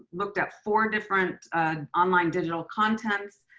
looked at four different online digital contents,